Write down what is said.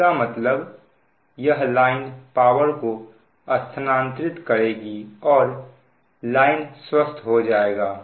इसका मतलब यह लाइन पावर को स्थानांतरित करेगी और लाइन स्वस्थ हो जाएगा